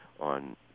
On